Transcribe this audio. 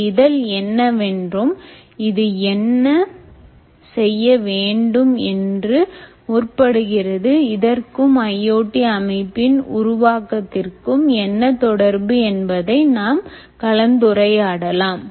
இந்த இதழ் என்னவென்றும் இது என்ன செய்ய வேண்டும் என்று முற்படுகிறது இதற்கும் IoT அமைப்பின் உருவாக்கத்திற்கும் என்ன தொடர்பு என்பதை நாம் கலந்துரையாடலாம்